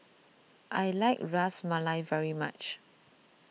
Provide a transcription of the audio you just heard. I like Ras Malai very much